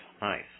nice